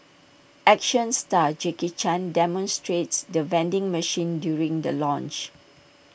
action star Jackie chan demonstrates the vending machine during the launch